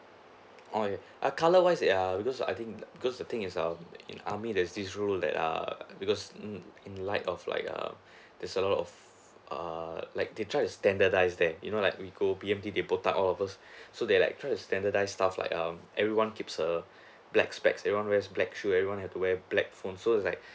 oo ya colour wise is a because I think because the thing is um in army there's this rule like err because in like of like err there's a lot of err like they try to standardise there you know like we go B_M_D they botak all of us so they're like try to standardise stuff like um everyone keeps a black specks everyone wear black shoes everyone have to wear black phone so it's like